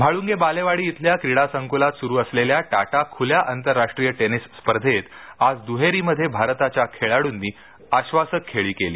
म्हाळूंगे बालेवाडी इथल्या क्रीडासंक्लात स़रू असलेल्या टाटा ओपन आंतरराष्ट्रीय टेनिस स्पर्धेत आज दुहेरीमध्ये भारताच्या खेळाडूंनी आश्वासक खेळी केली